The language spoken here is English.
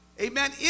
amen